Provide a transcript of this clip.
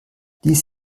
dies